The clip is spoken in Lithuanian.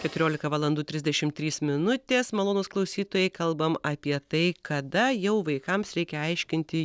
keturiolika valandų trisdešim trys minutės malonūs klausytojai kalbam apie tai kada jau vaikams reikia aiškinti